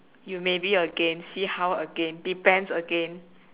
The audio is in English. you maybe again see how again depends again